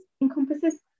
encompasses